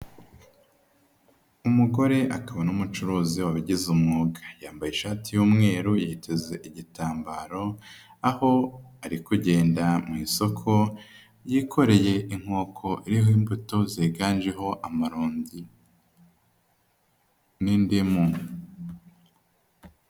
Umugore akaba n'umucuruzi wabigize umwuga, yambaye ishati y'umweru yiteze igitambaro aho ari kugenda mu isoko yikoreye inkoko iriho imbuto ziganjeho amaronji n'indimu.